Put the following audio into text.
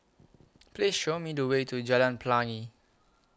Please Show Me The Way to Jalan Pelangi